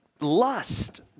Lust